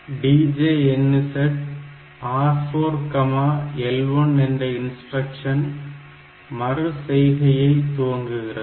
DJNZ R4L1 என்ற instruction மறு செய்கையை துவங்குகிறது